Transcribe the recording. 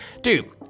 dude